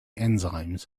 enzymes